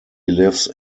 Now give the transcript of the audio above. lives